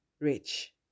rich